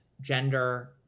gender